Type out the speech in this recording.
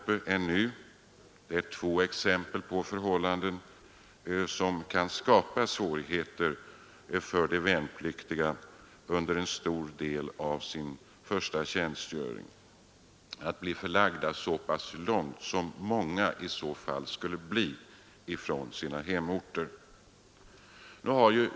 Detta är två exempel på förhållanden som kan skapa svårigheter för de värnpliktiga, som under en stor del av sin första tjänstgöring skulle bli förlagda så pass långt från sina hemorter.